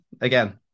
Again